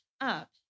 up